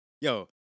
Yo